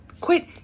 Quit